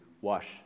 wash